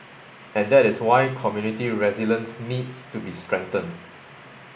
and that is why community resilience needs to be strengthened